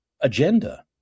agenda